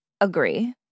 Agree